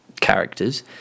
characters